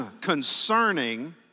concerning